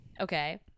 Okay